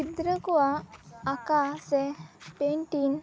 ᱜᱤᱫᱽᱨᱟᱹ ᱠᱩᱣᱟᱜ ᱟᱸᱠᱟ ᱥᱮ ᱯᱮᱭᱱᱴᱤᱝ